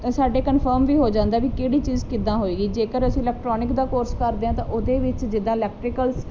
ਅ ਸਾਡੇ ਕਨਫਰਮ ਵੀ ਹੋ ਜਾਂਦਾ ਵੀ ਕਿਹੜੀ ਚੀਜ਼ ਕਿੱਦਾਂ ਹੋਏਗੀ ਜੇਕਰ ਅਸੀਂ ਇਲੈਕਟਰੋਨਿਕ ਦਾ ਕੋਰਸ ਕਰਦੇ ਹਾਂ ਤਾਂ ਉਹਦੇ ਵਿੱਚ ਜਿੱਦਾਂ ਇਲੈਕਟਰੀਕਲਸ